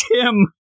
Tim